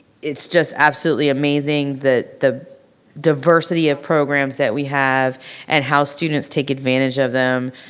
it's just absolutely amazing the the diversity of programs that we have and how students take advantage of them.